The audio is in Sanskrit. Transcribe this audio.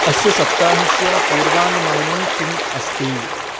अस्य सप्ताहस्य पूर्वानुमानं किम् अस्ति